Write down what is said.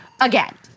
again